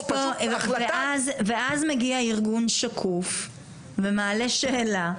ואז מגיע ארגון שקוף ומעלה שאלה,